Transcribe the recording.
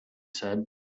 said